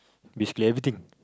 basically everything